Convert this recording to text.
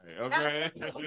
Okay